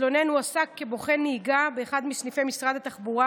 המתלונן הועסק כבוחן נהיגה באחד מסניפי משרד התחבורה.